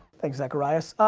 thanks zacharias,